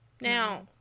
Now